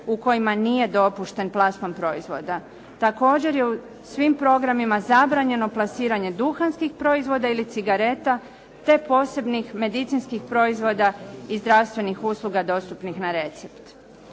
u kojima nije dopušten plasman proizvoda. Također je u svim programima zabranjeno plasiranje duhanskih proizvoda ili cigareta, te posebnih medicinskih proizvoda i zdravstvenih usluga dostupnih na recept.